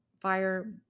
fire